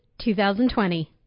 2020